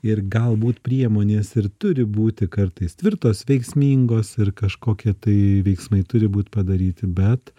ir galbūt priemonės ir turi būti kartais tvirtos veiksmingos ir kažkokie tai veiksmai turi būti padaryti bet